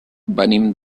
venim